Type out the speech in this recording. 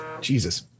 Jesus